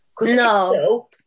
No